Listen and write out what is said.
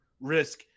risk